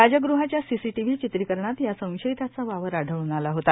जग़हाच्या CCTV चित्रीकरणात या संशयिताचा वावर आढळून आला होता